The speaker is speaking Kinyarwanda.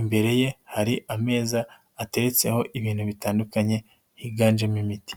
imbere ye hari ameza ateretseho ibintu bitandukanye higanjemo imiti.